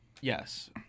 Yes